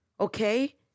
okay